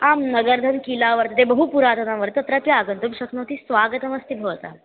आं नगर्धन् खिला वर्तते बहु पुरातनं वर्तते तत्रापि आगन्तुं शक्नोति स्वागतमस्ति भवतः